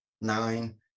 nine